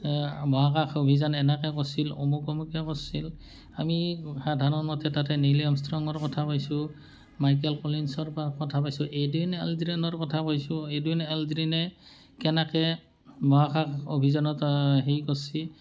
মহাকাশ অভিযান এনেকৈ কৰিছিল অমুক অমুকে কৰিছিল আমি সাধাৰণ মতে তাতে নীল আৰ্মষ্ট্ৰঙৰ কথা পাইছোঁ মাইকেল কলিনছৰ পৰা কথা পাইছোঁ এডেন এলড্ৰেনৰ কথা পাইছোঁ এডেন এলড্ৰেনে কেনেকৈ মহাকাশ অভিযানত হে কৰিছে